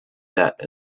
debt